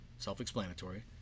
self-explanatory